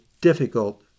difficult